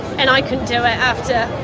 and i couldn't do it after